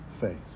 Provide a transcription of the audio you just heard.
face